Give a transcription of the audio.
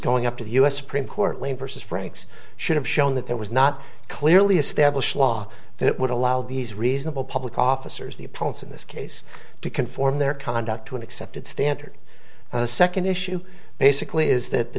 going up to the u s supreme court lane versus franks should have shown that there was not clearly established law that it would allow these reasonable public officers the opponents in this case to conform their conduct to an accepted standard and the second issue basically is that the